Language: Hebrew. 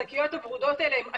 השקיות הוורודות האלה הן אסון.